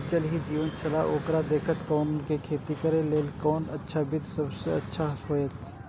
ज़ल ही जीवन छलाह ओकरा देखैत कोना के खेती करे के लेल कोन अच्छा विधि सबसँ अच्छा होयत?